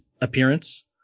appearance